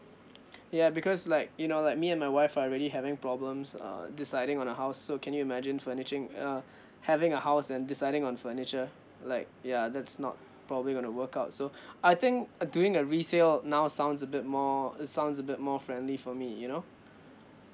ya because like you know like me and my wife are really having problems err deciding on a house so can you imagine furnishing uh having a house and deciding on furniture like ya that's not probably gonna work out so I think uh doing a resale now sounds a bit more uh sounds a bit more friendly for me you know